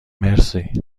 مرسی